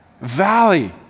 valley